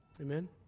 Amen